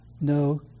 no